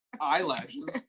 eyelashes